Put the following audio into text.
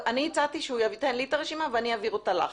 אני הצעתי שהוא ייתן לי את הרשימה ואני אעביר אותה אליך.